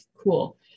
Cool